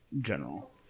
general